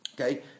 Okay